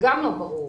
גם זה לא ברור.